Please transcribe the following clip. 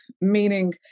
meaning